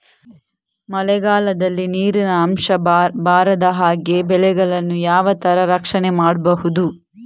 ಮಳೆಗಾಲದಲ್ಲಿ ನೀರಿನ ಅಂಶ ಬಾರದ ಹಾಗೆ ಬೆಳೆಗಳನ್ನು ಯಾವ ತರ ರಕ್ಷಣೆ ಮಾಡ್ಬಹುದು?